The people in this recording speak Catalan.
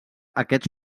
aquests